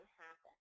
happen